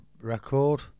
record